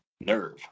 nerve